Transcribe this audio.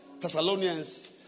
Thessalonians